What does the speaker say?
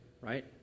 right